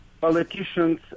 Politicians